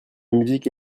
musique